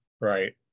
right